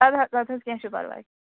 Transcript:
اَدٕ حظ اَدٕ حظ کیٚنٛہہ چھُنہٕ پَرواے